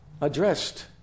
addressed